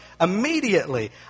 immediately